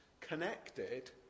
connected